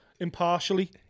Impartially